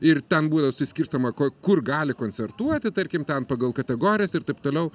ir ten būdavo suskirstoma ko kur gali koncertuoti tarkim ten pagal kategorijas ir taip toliau